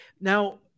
Now